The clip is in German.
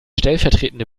stellvertretende